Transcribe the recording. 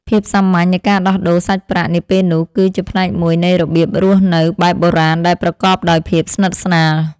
ភាពសាមញ្ញនៃការដោះដូរសាច់ប្រាក់នាពេលនោះ គឺជាផ្នែកមួយនៃរបៀបរស់នៅបែបបុរាណដែលប្រកបដោយភាពស្និទ្ធស្នាល។